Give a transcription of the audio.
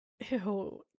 Ew